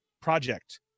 project